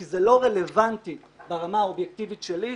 כי זה לא רלוונטי ברמה האובייקטיבית שלי,